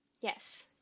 yes